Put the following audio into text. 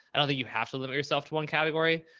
i don't think you have to limit yourself to one category,